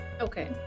okay